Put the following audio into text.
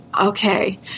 Okay